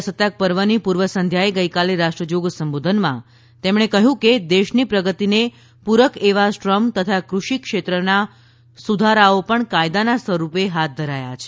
પ્રજાસત્તાક પર્વની પૂર્વ સંધ્યાએ ગઈકાલે રાષ્ટ્રજોગ સંબોધનમાં તેમણે કહ્યું કે દેશની પ્રગતિને પૂરક એવા શ્રમ તથા કૃષિ ક્ષેત્રના સુધારાઓ પણ કાયદાના સ્વરૂપે હાથ ધરાયા છે